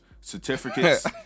certificates